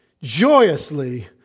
joyously